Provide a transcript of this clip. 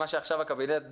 מה שעכשיו הקבינט דן.